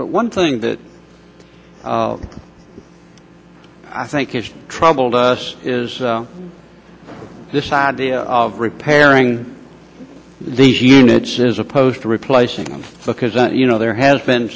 but one thing that i think has troubled us is this idea of repairing these units as opposed to replacing them because you know there has been